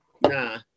Nah